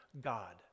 God